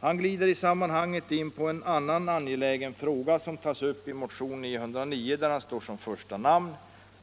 Motionärerna glider i sammanhanget också in på en annan angelägen fråga,